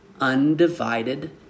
undivided